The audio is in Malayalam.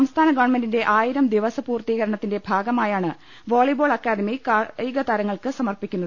സംസ്ഥാന ഗവൺമെന്റിന്റെ ആയിരം ദിവസ പൂർത്തീകരണത്തിന്റെ ഭാഗ മായാണ് വോളിബോൾ അക്കാദമി കായികതാരങ്ങൾക്ക് സമർപ്പിക്കുന്നത്